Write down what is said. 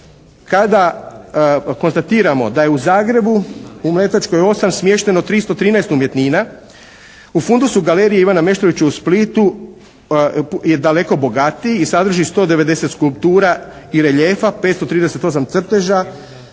kada konstatiramo da je u Zagrebu u Mletačkoj 8 smješteno 313 umjetnina. U fundusu u Galeriji "Ivana Meštrovića" u Splita je daleko bogatiji i sadrži 190 skulptura i reljefa, 530 crteža,